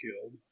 killed